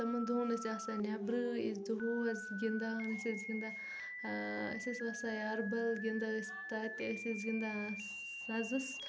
تِمن دۄہن ٲسۍ آسان نٮ۪برٕے أسۍ دۄہس گِنٛدان أسۍ أسۍ گِنٛدان أسۍ ٲسۍ وسان یاربل گِنٛدان أسۍ تتہِ أسۍ أسۍ گِنٛدان سزس